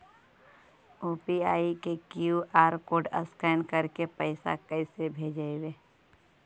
UPI के QR code scan करके पैसा कैसे भेजबइ?